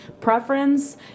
preference